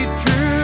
true